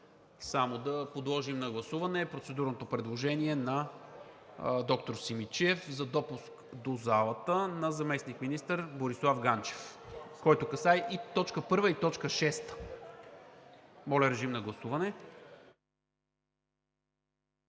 да подложим на гласуване процедурното предложение на доктор Симидчиев за допуск до залата на заместник-министър Борислав Ганчев, което касае и точка първа, и точка шеста. Гласували